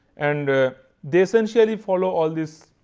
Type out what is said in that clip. and they essentially follow all this,